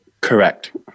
Correct